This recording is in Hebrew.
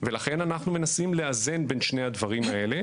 ולכן אנחנו מנסים לאזן בין שני הדברים האלה.